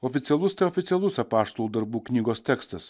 oficialus tai oficialus apaštalų darbų knygos tekstas